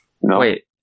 Wait